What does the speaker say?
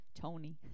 Tony